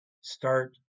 start